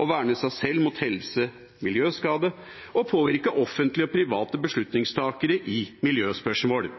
å verne seg selv mot helse- og miljøskade og påvirke offentlige og private beslutningstakere i miljøspørsmål.